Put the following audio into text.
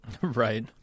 Right